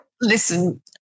Listen